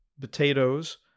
potatoes